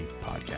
podcast